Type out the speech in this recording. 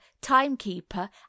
timekeeper